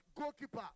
goalkeeper